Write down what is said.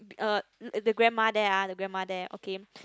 uh the grandma there ah the grandma there okay